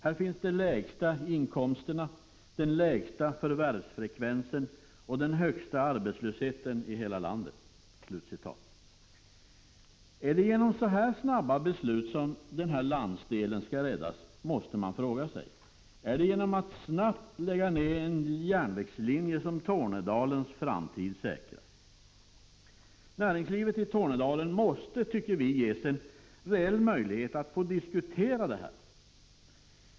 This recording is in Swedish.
Här finns de lägsta inkomsterna, den lägsta förvärvsfrekvensen och den högsta arbetslösheten i hela landet.” Är det genom sådana här snabba beslut som landsdelen skall räddas? Är det genom att snabbt lägga ned en järnvägslinje som Tornedalens framtid säkras? Näringslivet i Tornedalen måste ges en reell möjlighet att diskutera detta.